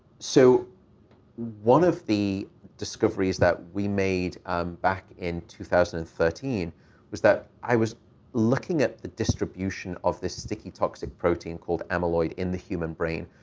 so one of the discoveries that we made um back in two thousand and thirteen was that i was looking at the distribution of this sticky toxic protein called amyloid in the human brain.